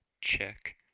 check